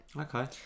okay